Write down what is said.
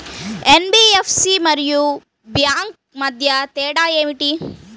NBFC మరియు bank మధ్య తేడా ఏమిటి?